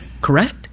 Correct